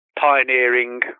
pioneering